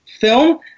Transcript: film